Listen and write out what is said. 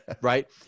right